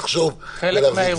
לחשוב ולהחזיק.